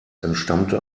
entstammte